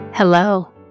Hello